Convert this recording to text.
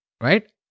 right